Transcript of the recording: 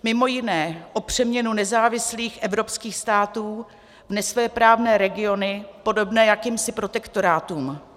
Mimo jiné o přeměnu nezávislých evropských států v nesvéprávné regiony podobné jakýmsi protektorátům.